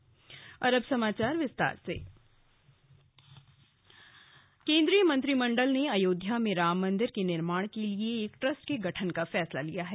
राम मंदिर ट्रस्ट केन्द्रीय मंत्रिमंडल ने अयोध्या में राम मंदिर के निर्माण के लिए एक ट्रस्ट के गठन का फैसला किया है